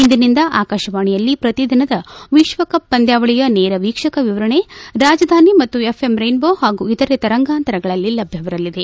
ಇಂದಿನಿಂದ ಆಕಾಶವಾಣಿಯಲ್ಲಿ ಪ್ರತಿದಿನದ ವಿಶ್ವಕಪ್ ಪಂದ್ಯಾವಳಿಯ ನೇರ ಎೕಕ್ಷಕ ಎವರಣೆ ರಾಜಧಾನಿ ಮತ್ತು ಎಫ್ಎಂ ರೇನ್ಬೋ ಪಾಗೂ ಇತರೆ ತರಂಗಾಂತರಗಳಲ್ಲಿ ಲಭ್ಯವಿರಲಿದೆ